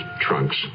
trunks